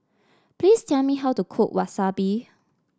please tell me how to cook Wasabi